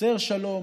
מבשר שלום,